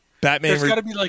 Batman